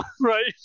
Right